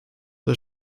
der